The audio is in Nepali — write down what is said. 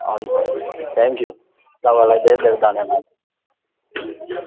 हजुर थ्याङ्कयू तपाईँलाई धेरै धन्यवाद